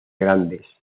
grandes